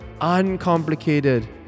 uncomplicated